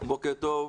בוקר טוב.